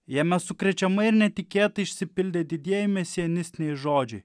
jame sukrečiamai ir netikėtai išsipildė didieji mesianistiniai žodžiai